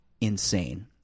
insane